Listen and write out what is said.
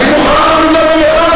אני מוכן תמיד להאמין לך,